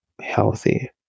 healthy